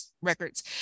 records